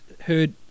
heard